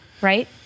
right